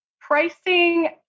Pricing